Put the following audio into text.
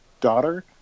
daughter